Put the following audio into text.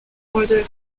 order